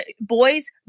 boys